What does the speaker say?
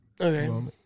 Okay